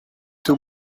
too